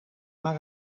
maar